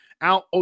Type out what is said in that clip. out